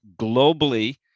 globally